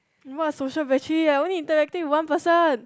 what social battery i only interacting with one person